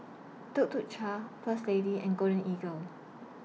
Tuk Tuk Cha First Lady and Golden Eagle